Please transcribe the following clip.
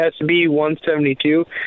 SB-172